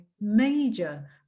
major